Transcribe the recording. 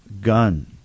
gun